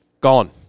Gone